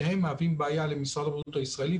שניהם מהווים בעיה למשרד הבריאות הישראלי,